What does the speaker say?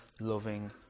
loving